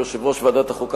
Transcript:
ליושב-ראש ועדת החוקה,